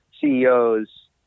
CEOs